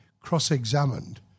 cross-examined